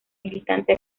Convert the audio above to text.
militante